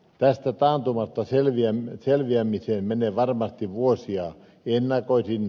tästä taantumasta selviämiseen menee varmasti vuosia